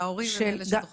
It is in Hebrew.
ההורים הם אלה שדחפו לזה.